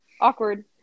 Awkward